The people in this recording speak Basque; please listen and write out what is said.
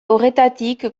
horretatik